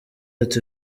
ati